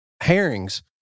Herrings